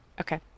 Okay